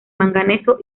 manganeso